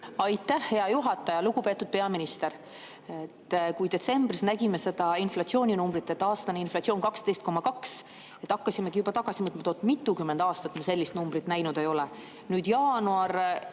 Aitäh, hea juhataja! Lugupeetud peaminister! Kui me detsembris nägime inflatsiooninumbrit, et aastane inflatsioon on 12,2%, siis hakkasime juba tagasi mõtlema, et oot, mitukümmend aastat me sellist numbrit näinud ei ole? Jaanuar